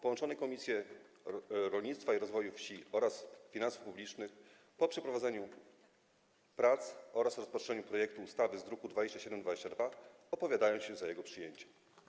Połączone Komisje: Rolnictwa i Rozwoju Wsi oraz Finansów Publicznych po przeprowadzeniu prac oraz rozpatrzeniu projektu ustawy z druku nr 2722 opowiadają się za jego przyjęciem.